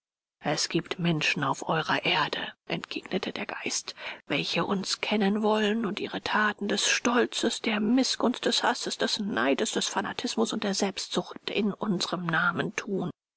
es giebt menschen auf eurer erde entgegnete der geist welche uns kennen wollen und ihre thaten des stolzes der mißgunst des hasses des neides des fanatismus und der selbstsucht in unserm namen thun